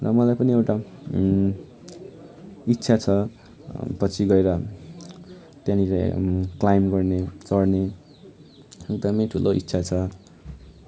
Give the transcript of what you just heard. र मलाई पनि एउटा इच्छा छ पछि गएर त्यहाँनिर क्लाइम्ब गर्ने चढ्ने एकदनै ठुलो इच्छा छ